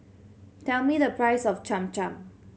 tell me the price of Cham Cham